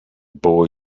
boy